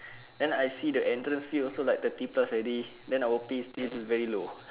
then I see the entrance fee also like thirty plus already then our pay still very low